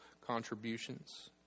contributions